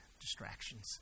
distractions